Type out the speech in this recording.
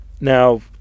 Now